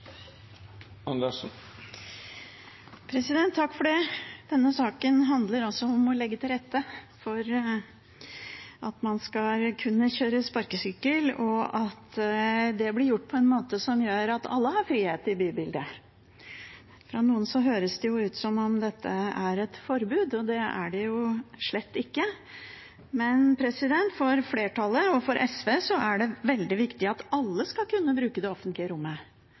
Denne saken handler om å legge til rette for at man skal kunne kjøre sparkesykkel, og at det blir gjort på en måte som gjør at alle har frihet i bybildet. Fra noen høres det ut som om dette er et forbud, og det er det slett ikke. Men for flertallet, og for SV, er det veldig viktig at alle skal kunne bruke det offentlige